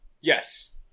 Yes